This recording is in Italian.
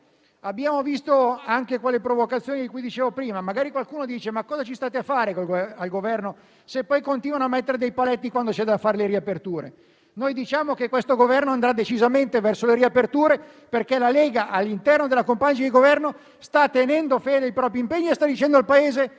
Abbiamo visto anche le provocazioni di cui dicevo prima. Magari qualcuno dice: «Ma cosa ci state a fare al Governo, se poi continuano a mettere paletti, quando ci sono da fare le riaperture?». Noi diciamo che questo Governo andrà decisamente verso le riaperture, perché la Lega, all'interno della compagine di Governo, sta tenendo fede ai propri impegni e sta dicendo al Paese